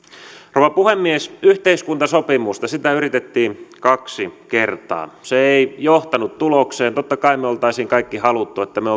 rouva puhemies yhteiskuntasopimusta yritettiin kaksi kertaa se ei johtanut tulokseen totta kai me olisimme kaikki halunneet että me